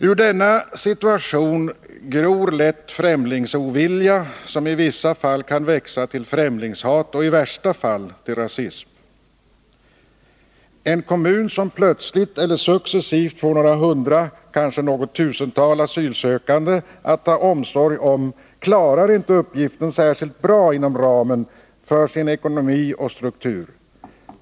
Ur denna situation gror lätt främlingsovilja, som i vissa fall kan växa till främlingshat och i värsta fall till rasism. En kommun som plötsligt eller successivt får några hundra, kanske något tusental, asylsökande att ta omsorg om klarar inte uppgiften särskilt bra inom ramen för sin ekonomi och struktur.